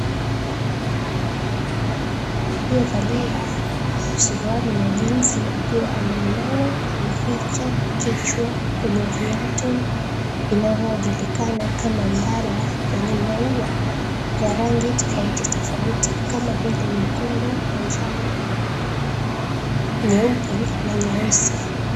Aliyevalia suruali ya jeans akiwa ameinama ameficha kichwa kwenye viatu vinavyojulikana kama ndala vyenye maua ya rangi tofauti tofauti kama vile nyekundu, manjano, nyeupe na nyeusi.